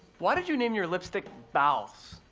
why did you name your lipstick, bawse?